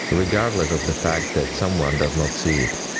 regardless of the fact that someone does not see it.